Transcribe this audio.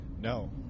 No